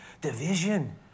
division